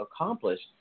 accomplished